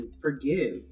forgive